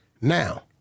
Now